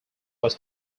was